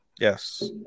Yes